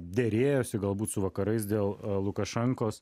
derėjosi galbūt su vakarais dėl lukašenkos